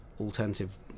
alternative